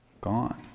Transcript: gone